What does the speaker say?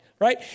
right